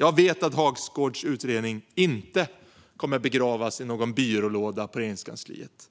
Jag vet att Hagsgårds utredning inte kommer att begravas i någon byrålåda på Regeringskansliet.